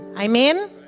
Amen